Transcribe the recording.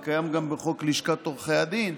זה קיים גם בחוק לשכת עורכי הדין.